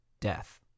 death